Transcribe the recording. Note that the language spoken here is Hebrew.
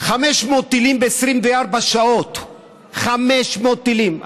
500 טילים ב-24 שעות, 500 טילים.